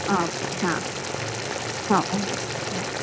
ಹಾಂ ಓಕೆ ಹಾಂ ಹಾಂ ಓಕೆ ಬಾಯ್